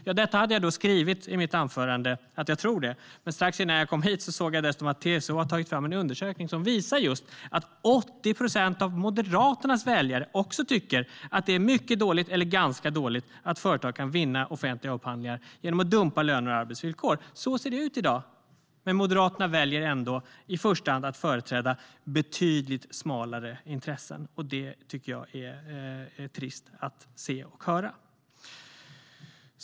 Jag hade ju skrivit "jag tror" i mitt anförande, men strax innan jag kom hit såg jag att TCO har tagit fram en undersökning som visar att 80 procent av Moderaternas väljare tycker att det är mycket dåligt eller ganska dåligt att företag kan vinna offentliga upphandlingar genom att dumpa löner och arbetsvillkor. Så ser det ut, men Moderaterna väljer ändå i första hand att företräda betydligt smalare intressen. Det är trist att se och höra.